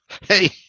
Hey